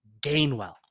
Gainwell